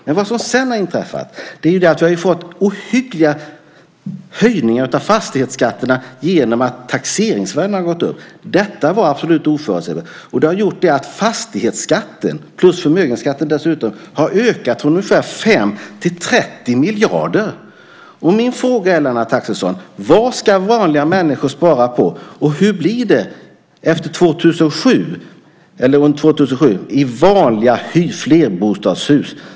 Men vad som sedan har inträffat är att vi har fått ohyggliga höjningar av fastighetsskatterna genom att taxeringsvärdena har gått upp. Detta var absolut oförutsebart. Och det har gjort att fastighetsskatten plus förmögenhetsskatten har ökat från ungefär 5 till 30 miljarder. Min fråga är, Lennart Axelsson: Vad ska vanliga människor spara på? Och hur blir det 2007 i vanliga flerbostadshus?